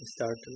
start